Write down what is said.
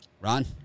Ron